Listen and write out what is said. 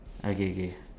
okay K